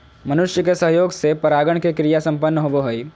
मनुष्य के सहयोग से परागण के क्रिया संपन्न होबो हइ